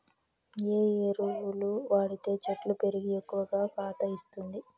ఏ ఎరువులు వాడితే చెట్టు పెరిగి ఎక్కువగా కాత ఇస్తుంది?